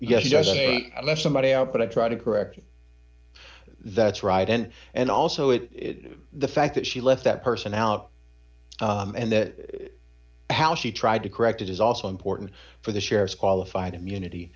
yes doesn't let somebody out but i try to correct that's right and and also it the fact that she left that person out and that how she tried to correct it is also important for the sheriff's qualified immunity